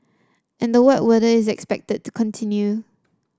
and the wet weather is expected to continue